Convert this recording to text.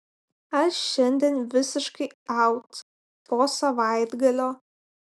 aš šiandien visiškai aut po savaitgalio